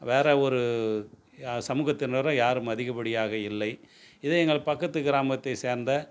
வேறு ஒரு சமுகத்தினரும் யாரும் அதிகப்படியாக இல்லை இது எங்கள் பக்கத்து கிராமத்தை சேர்ந்த